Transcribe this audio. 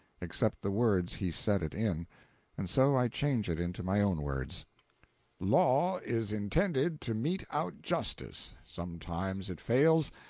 except the words he said it in and so i change it into my own words law is intended to mete out justice. sometimes it fails.